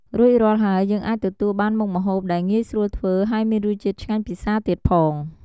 រួចរាល់ហើយ យើងអាចទទួលបានមុខម្ហូបដែលងាយស្រួលធ្វើហើយមានរសជាតិឆ្ងាញ់ពិសាទៀតផង។